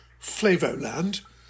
Flavoland